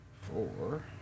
Four